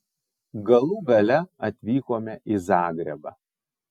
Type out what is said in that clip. galų gale atvykome į zagrebą